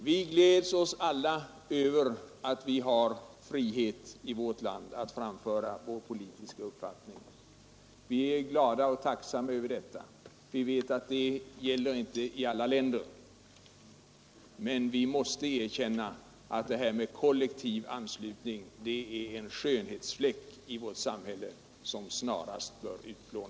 Vi gläder oss alla över att vi har frihet i vårt land att framföra vår politiska uppfattning; vi är glada och tacksamma härför — vi vet att detta inte gäller i alla länder. Men vi måste erkänna att denna kollektiva partianslutning är en skönhetsfläck i vårt samhälle, vilken snarast bör utplår